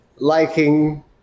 liking